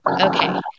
Okay